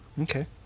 Okay